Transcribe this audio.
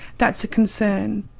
that's a concern.